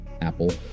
Apple